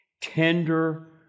tender